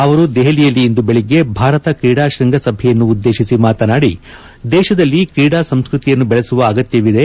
ಅವರು ದೆಹಲಿಯಲ್ಲಿ ಇಂದು ಬೆಳಿಗ್ಗೆ ಭಾರತ ಕ್ರೀಡಾ ಶೃಂಗಸಭೆಯನ್ನು ಉದ್ದೇಶಿಸಿ ಮಾತನಾದಿ ದೇಶದಲ್ಲಿ ಕ್ರೀಡಾ ಸಂಸ್ಕೃತಿಯನ್ನು ಬೆಳೆಸುವ ಅಗತ್ಯವಿದೆ